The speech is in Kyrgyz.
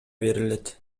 берилет